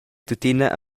tuttina